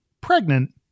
pregnant